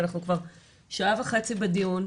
ואנחנו כבר שעה וחצי בדיון,